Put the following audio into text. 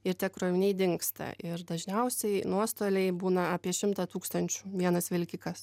ir tie kroviniai dingsta ir dažniausiai nuostoliai būna apie šimtą tūkstančių vienas vilkikas